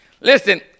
Listen